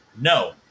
no